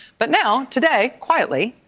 but now, today, quietly,